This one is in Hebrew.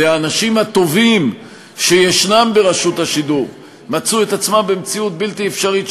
האנשים הטובים שישנם ברשות השידור מצאו את עצמם במציאות בלתי אפשרית,